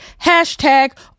Hashtag